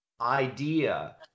idea